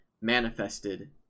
manifested